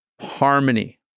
harmony